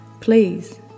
please